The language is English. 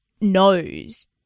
knows